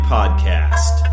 Podcast